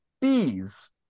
bees